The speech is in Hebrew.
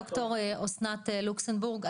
רגע ד"ר אסנת לוקסמבורג,